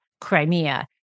Crimea